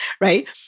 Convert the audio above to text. right